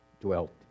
dwelt